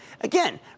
Again